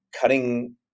cutting